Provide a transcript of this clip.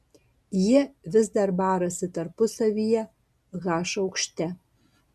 jie vis dar barasi tarpusavyje h aukšte